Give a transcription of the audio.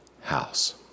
house